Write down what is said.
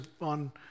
on